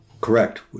Correct